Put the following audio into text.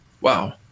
Wow